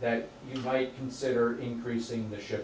that you might consider increasing the shi